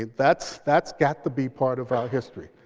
that's that's got to be part of our history.